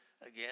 again